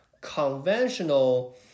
Conventional